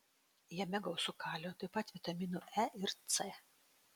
jame gausu kalio taip pat vitaminų e ir c